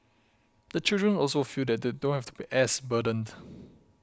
the children also feel that they don't have to be as burdened